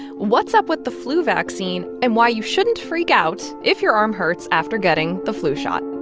what's up with the flu vaccine and why you shouldn't freak out if your arm hurts after getting the flu shot